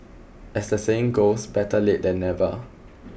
as the saying goes better late than never